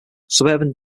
suburban